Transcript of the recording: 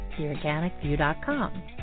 theorganicview.com